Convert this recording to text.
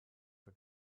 for